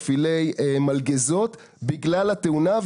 מפעילי מלגזות בגלל התאונה,